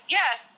yes